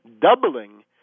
doubling